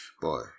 boy